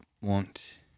want